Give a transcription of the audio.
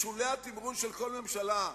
בשולי התמרון של כל ממשלה,